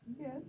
Yes